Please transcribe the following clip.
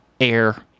air